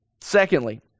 Secondly